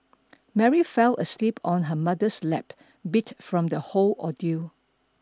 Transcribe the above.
Mary fell asleep on her mother's lap beat from the whole ordeal